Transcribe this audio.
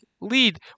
lead